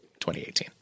2018